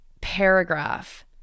paragraph